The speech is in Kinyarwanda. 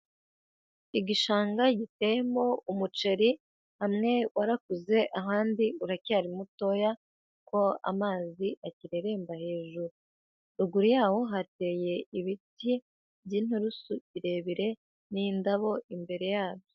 Igishanga giteyemo umuceri, hamwe warakuze ahandi uracyari mutoya, kuko amazi akireremba hejuru. Ruguru yawo hateye ibiti by'inturusu birebire n'indabo imbere yabyo.